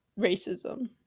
racism